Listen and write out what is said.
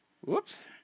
whoops